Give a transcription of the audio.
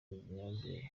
nyababyeyi